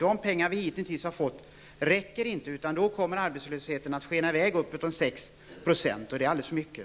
De pengar som vi hittills har fått räcker inte. Då kommer arbetslösheten att skena i väg upp från 6 %, vilket är alldeles för mycket.